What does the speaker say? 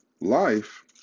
life